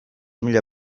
mila